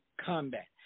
combat